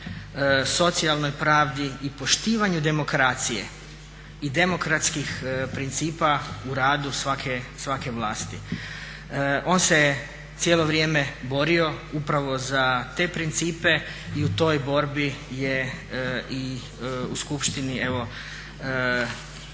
socijalnoj pravdi i poštivanju demokracije i demokratskih principa u radu svake vlasti. On se je cijelo vrijeme borio upravo za te principe i u toj borbi je i u skupštini evo